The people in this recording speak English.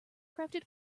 crafted